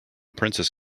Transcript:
princess